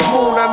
Moon